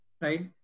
right